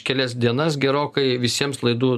kelias dienas gerokai visiems laidų